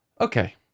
Okay